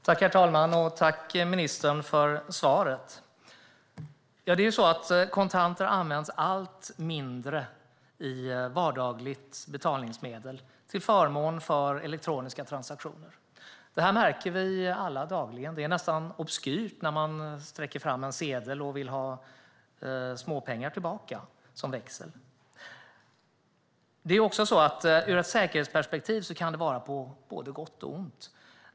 Herr talman! Tack, ministern, för svaret! Ja, det är ju så att kontanter används allt mindre som vardagligt betalningsmedel till förmån för elektroniska transaktioner. Det märker vi alla dagligen - det är nästan obskyrt att man sträcker fram en sedel och vill ha småpengar tillbaka i växel. Ur ett säkerhetsperspektiv kan detta vara på både gott och ont.